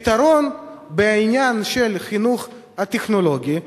פתרון בעניין החינוך הטכנולוגי,